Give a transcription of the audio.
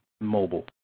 mobile